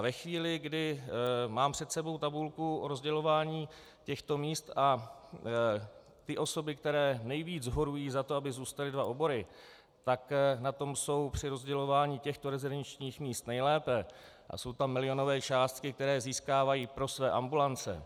Ve chvíli, kdy mám před sebou tabulku rozdělování těchto míst, a osoby, které nejvíc horují za to, aby zůstaly dva obory, tak na tom jsou při rozdělování těchto rezidenčních míst nejlépe a jsou tam milionové částky, které získávají pro své ambulance.